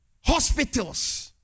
hospitals